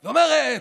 היא אומרת: